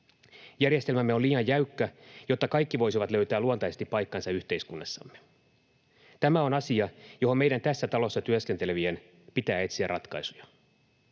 Järjestelmämme on liian jäykkä, jotta kaikki voisivat löytää luontaisesti paikkansa yhteiskunnassamme. Tämä on asia, johon meidän tässä talossa työskentelevien pitää etsiä ratkaisuja.